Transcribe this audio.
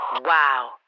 wow